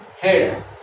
Head